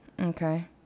Okay